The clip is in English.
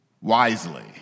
wisely